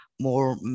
more